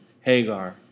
Hagar